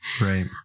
Right